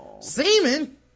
Semen